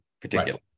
particular